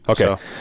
Okay